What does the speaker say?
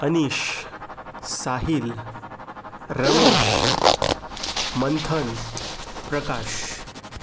Anish Sahil Ramesh Manthan Prakash